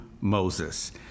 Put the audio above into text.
Moses